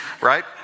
right